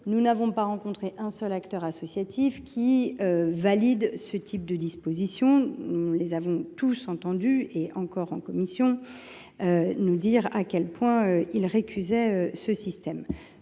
Nous n’avons pas rencontré un seul acteur associatif qui ait validé ce type de dispositif. Nous les avons tous entendus, et encore en commission, nous dire à quel point ils récusaient ce système.